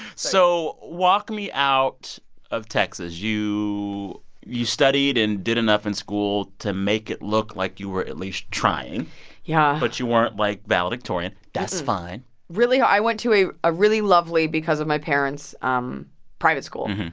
so walk me out of texas. you you studied and did enough in school to make it look like you were at least trying yeah but you weren't, like, valedictorian. that's fine really i went to a ah really lovely, because of my parents, um private school.